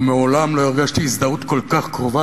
ומעולם לא הרגשתי הזדהות כל כך קרובה,